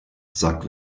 sagt